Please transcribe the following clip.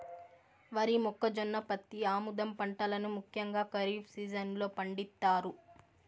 వరి, మొక్కజొన్న, పత్తి, ఆముదం పంటలను ముఖ్యంగా ఖరీఫ్ సీజన్ లో పండిత్తారు